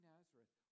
Nazareth